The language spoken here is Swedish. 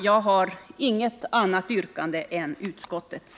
Jag har inget annat yrkande än utskottets.